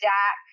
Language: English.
Jack